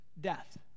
death